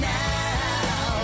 now